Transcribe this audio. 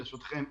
ברשותכם.